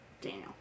Daniel